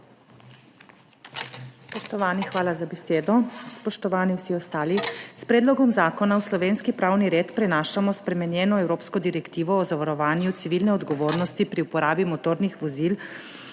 hvala za besedo.